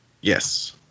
Yes